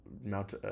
Mount